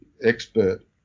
expert